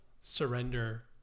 surrender